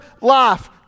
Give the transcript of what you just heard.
life